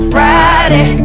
Friday